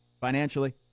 financially